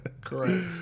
Correct